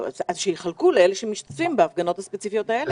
אז שיחלקו מצלמות לאלה שמשתתפים בשיטור בהפגנות הספציפיות האלה.